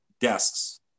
desks